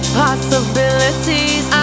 possibilities